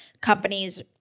companies